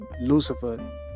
Lucifer